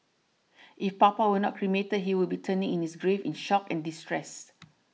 if Papa were not cremated he would be turning in his grave in shock and distress